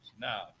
now